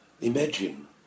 Imagine